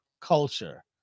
culture